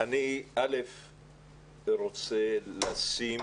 אני רוצה לשים